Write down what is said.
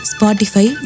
Spotify